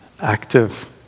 active